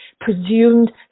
presumed